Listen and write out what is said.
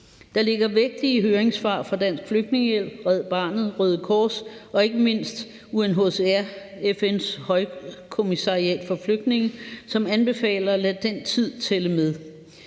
Der ligger vægtige høringssvar fra Dansk Flygtningehjælp, Red Barnet, Røde Kors og ikke mindst UNHCR, FN's højkommissariat for flygtninge, som anbefaler at lade den tid tælle med.